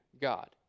God